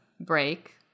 break